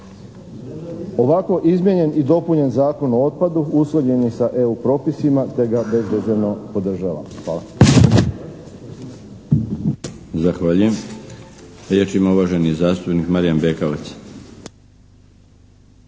Ovako izmijenjen i dopunjen Zakon o otpadu usklađen je sa Eu propisima te ga bezrezervno podržavam. Hvala.